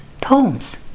poems